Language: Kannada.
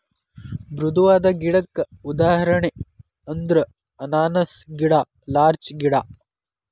ಮೃದುವಾದ ಗಿಡಕ್ಕ ಉದಾಹರಣೆ ಅಂದ್ರ ಅನಾನಸ್ ಗಿಡಾ ಲಾರ್ಚ ಗಿಡಾ